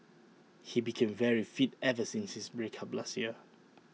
he became very fit ever since his break up last year